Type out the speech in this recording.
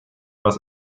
was